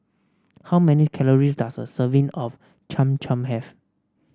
how many calories does a serving of Cham Cham have